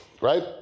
right